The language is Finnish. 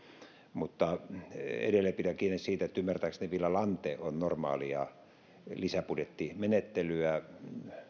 mutta edelleen pidän kiinni siitä että ymmärtääkseni villa lante on normaalia lisäbudjettimenettelyä